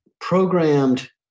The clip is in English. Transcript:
programmed